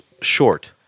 short